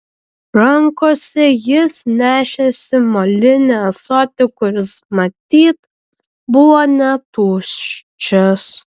rankose jis nešėsi molinį ąsotį kuris matyt buvo netuščias